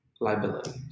liabilities